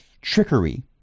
trickery